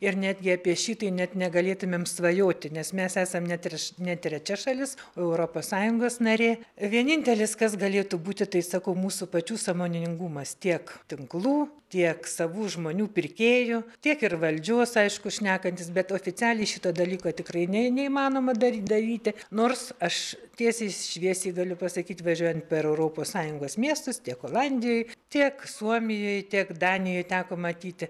ir netgi apie šitai net negalėtumėm svajoti nes mes esam netirs net trečia šalis europos sąjungos narė vienintelis kas galėtų būti tai sakau mūsų pačių sąmoningumas tiek tinklų tiek savų žmonių pirkėjų tiek ir valdžios aišku šnekantis bet oficialiai šito dalyko tikrai ne neįmanoma dar daryti nors aš tiesiai šviesiai galiu pasakyt važiuojant per europos sąjungos miestus tiek olandijoj tiek suomijoj tiek danijoj teko matyti